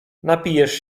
napijesz